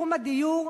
בתחום הדיור,